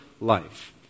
life